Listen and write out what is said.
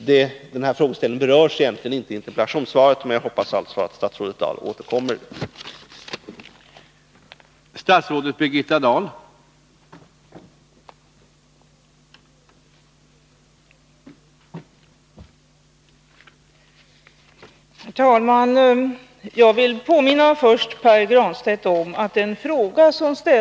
Dessa frågeställningar berörs egentligen inte i interpellationssvaret, men jag hoppas att statsrådet Dahl återkommer till dem.